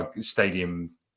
stadium